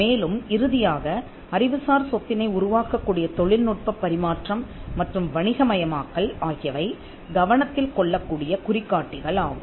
மேலும் இறுதியாக அறிவுசார் சொத்தினை உருவாக்கக்கூடிய தொழில்நுட்பப் பரிமாற்றம் மற்றும் வணிகமயமாக்கல் ஆகியவை கவனத்தில் கொள்ளக்கூடிய குறிகாட்டிகள் ஆகும்